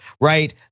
right